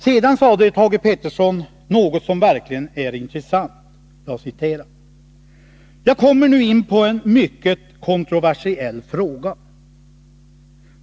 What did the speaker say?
Sedan sade Thage Peterson något som verkligen är intressant: Om ett handlings ”Jag kommer nu in på en mycket kontroversiell fråga.